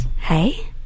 Hey